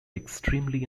extremely